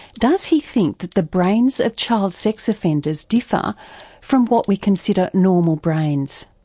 does he think that the brains of child sex offenders differ from what we consider normal brains?